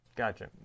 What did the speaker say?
Gotcha